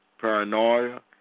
paranoia